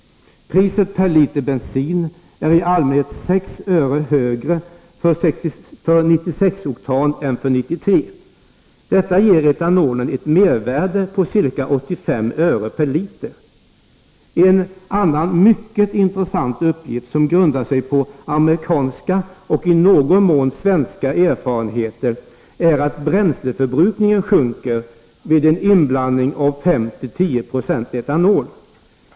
Priset per liter bensin är i allmänhet 6 öre högre för 96 oktan än för 93. Detta ger etanolen ett mervärde på ca 85 öre per liter. En annan mycket intressant uppgift, som grundar sig på amerikanska och i någon mån svenska erfarenheter, är att bränsleförbrukningen sjunker vid inblandning av 5-10 26 etanol.